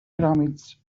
pyramids